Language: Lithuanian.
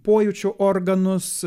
pojūčių organus